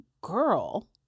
girl